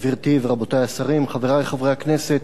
תודה, גברתי ורבותי השרים, חברי חברי הכנסת,